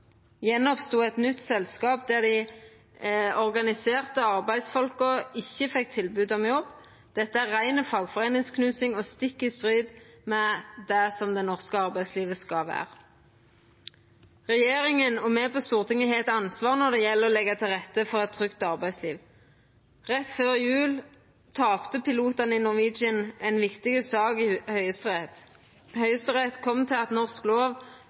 oppstod eit nytt selskap der dei organserte arbeidsfolka ikkje fekk tilbod om jobb. Dette er rein fagforeiningsknusing og stikk i strid med det som det norske arbeidslivet skal vera. Regjeringa og me på Stortinget har eit ansvar når det gjeld å leggja til rette for eit trygt arbeidsliv. Rett føre jul tapte pilotane i Norwegian ei viktig sak i Høgsterett. Høgsterett kom til at norsk lov,